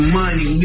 money